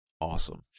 awesome